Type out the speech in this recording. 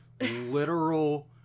Literal